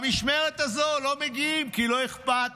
במשמרת הזו לא מגיעים כי לא אכפת.